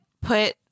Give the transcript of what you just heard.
put